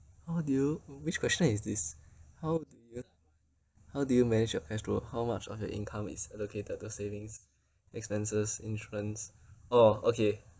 how do you w~ which question is this how how do you manage your cash flow how much of your income is allocated to savings expenses insurance oh okay